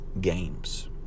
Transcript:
games